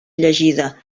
llegida